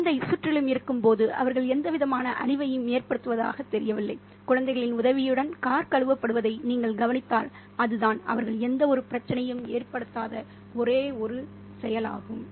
தந்தை சுற்றிலும் இருக்கும்போது அவர்கள் எந்தவிதமான அழிவையும் ஏற்படுத்துவதாகத் தெரியவில்லை குழந்தைகளின் உதவியுடன் கார் கழுவப்படுவதை நீங்கள் கவனித்தால் அதுதான் அவர்கள் எந்தவொரு பிரச்சனையும் ஏற்படுத்தாத ஒரே ஒரு செயலாகும்